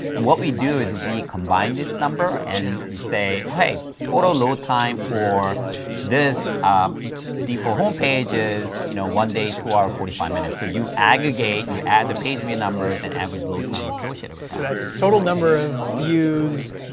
and what we do is we combine this number and say, hey, total load time for this default homepage is you know one day, two hour, forty five minutes, so you aggregate, you add the page view numbers and average load time associated with that. so that's total number of views,